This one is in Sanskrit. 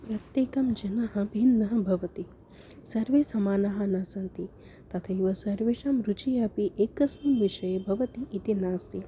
प्रत्येकं जनः भिन्नः भवति सर्वे समानाः न सन्ति तथैव सर्वेषां रुचिः अपि एकस्मिन् विषये भवति इति नास्ति